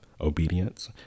obedience